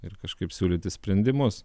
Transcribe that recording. ir kažkaip siūlyti sprendimus